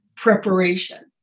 preparation